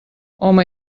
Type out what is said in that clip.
home